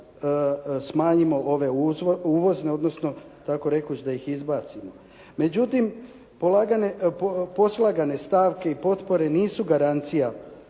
smanjimo ove uvozne odnosno tako rekoć da ih izbacimo. Međutim, poslagane stavke i potpore nisu garancija